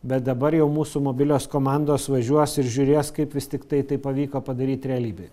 bet dabar jau mūsų mobilios komandos važiuos ir žiūrės kaip vis tiktai tai pavyko padaryti realybėje